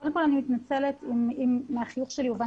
קודם כל אני מתנצלת אם מהחיוך שלי הובן